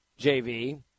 JV